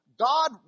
God